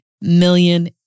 million